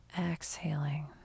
Exhaling